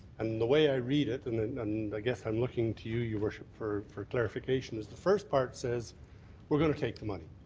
and the way i read it and and and i guess i'm looking to you, your worship, for for clarification, is the first part says we're going to take the money.